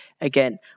again